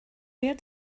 where